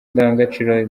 ndangagaciro